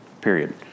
Period